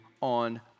on